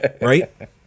Right